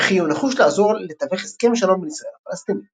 וכי הוא נחוש לעזור לתווך הסכם שלום בין ישראל לפלסטינים.